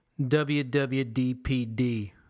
WWDPD